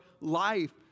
life